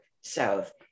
south